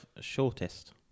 shortest